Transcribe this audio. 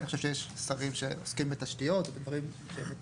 אני חושב שיש שרים שעוסקים בתשתיות או דברים יותר